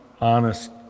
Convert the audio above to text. honest